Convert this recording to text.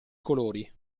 colori